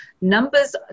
numbers